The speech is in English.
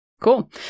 cool